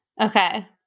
Okay